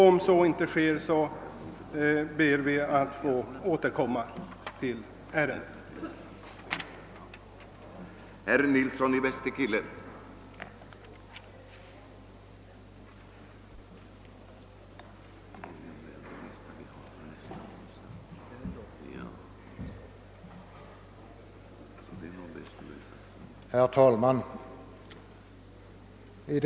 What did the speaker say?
Om så inte sker ber vi att få återkomma i saken.